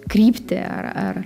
kryptį ar ar